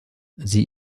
sie